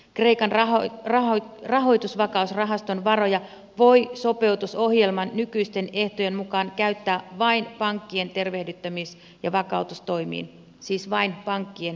kreikan rahoitusvakausrahaston varoja voi sopeutusohjelman nykyisten ehtojen mukaan käyttää vain pankkien tervehdyttämis ja vakautustoimiin siis vain pankkien tervehdyttämiseen